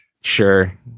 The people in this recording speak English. Sure